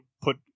put